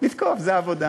לתקוף זו העבודה.